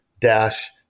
dash